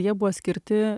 jie buvo skirti